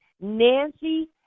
Nancy